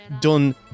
done